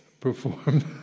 performed